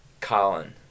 Colin